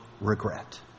regret